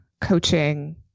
coaching